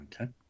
Okay